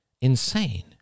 insane